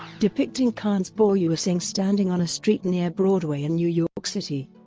depicting khan's bauua singh standing on a street near broadway in new york city.